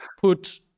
put